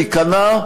ניכנע,